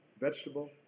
vegetable